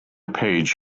page